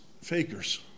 fakers